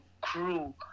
crew